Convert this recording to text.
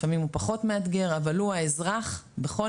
לפעמים הוא פחות מאתגר אבל הוא האזרח בכל